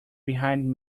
behind